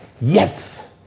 yes